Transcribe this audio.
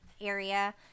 area